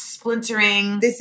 Splintering